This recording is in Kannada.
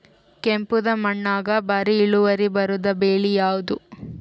ಕೆಂಪುದ ಮಣ್ಣಾಗ ಭಾರಿ ಇಳುವರಿ ಬರಾದ ಬೆಳಿ ಯಾವುದು?